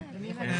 ערר.